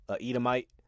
edomite